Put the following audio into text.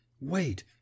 Wait